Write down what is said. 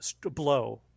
blow